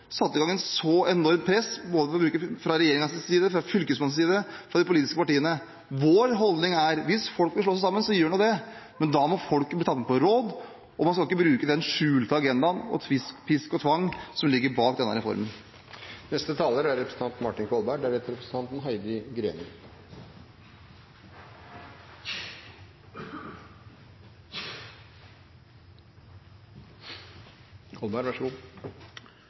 i gang et så enormt press, både fra regjeringens side, fra Fylkesmannens side og fra de politiske partienes side. Vår holdning er: Hvis folk vil slå seg sammen, gjør nå det, men da må folket bli tatt med på råd. Man skal ikke bruke den skjulte agendaen og pisk og tvang, som ligger bak denne reformen. Det som jeg, for min del, mener er